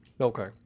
Okay